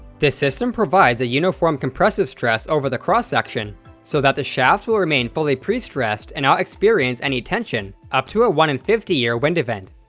the system provides a uniform compressive stress over the cross-section so that the shaft will remain fully pre-stressed and not experience any tension up to a one in fifty year wind event.